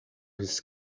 his